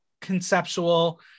conceptual